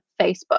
Facebook